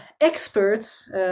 experts